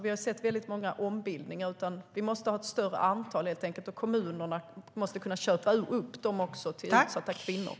Vi har ju sett väldigt många ombildningar, men vi måste ha ett större antal hyresrätter, och kommunerna måste kunna köpa upp dem till utsatta kvinnor.